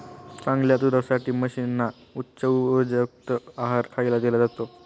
चांगल्या दुधासाठी म्हशींना उच्च उर्जायुक्त आहार खायला दिला जातो